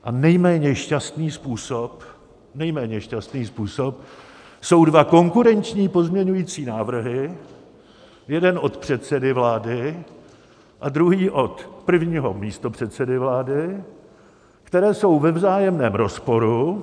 A nejméně šťastný způsob nejméně šťastný způsob jsou dva konkurenční pozměňovací návrhy, jeden od předsedy vlády a druhý od prvního místopředsedy vlády, které jsou ve vzájemném rozporu.